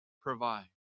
provide